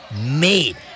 made